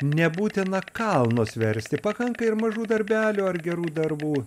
nebūtina kalnus versti pakanka ir mažų darbelių ar gerų darbų